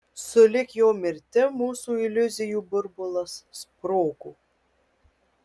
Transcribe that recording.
sulig jo mirtim mūsų iliuzijų burbulas sprogo